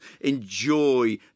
enjoy